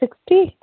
sixty